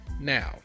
Now